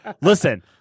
Listen